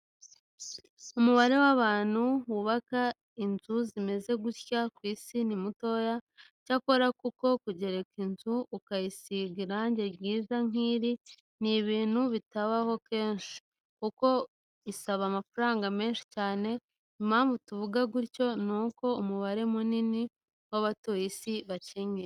Umubare w'abantu bubaka inzi zimeze gutya ku isi ni motoya cyako kuko kugereka inzu, ukayisiga irangi ryiza nkiri ni ibintu bitabaho kenshi kuko isaba amafaranga menshi cyane. Impamvu tuvuga gutyo ni uko umubare munini w'abatuye isi bakennye.